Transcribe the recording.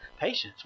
patience